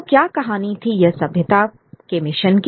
तो क्या कहानी थी यह सभ्यता के मिशन की